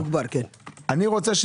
אני רוצה,